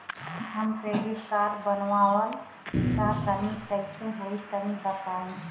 हम credit card बनवावल चाह तनि कइसे होई तनि बताई?